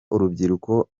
urubyiruko